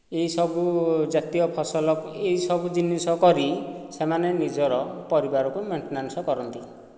ଏହିସବୁ ଜାତୀୟ ଫସଲ ଏହିସବୁ ଜିନିଷ କରି ସେମାନେ ନିଜର ପରିବାରକୁ ମେଣ୍ଟେନାନ୍ସ କରନ୍ତି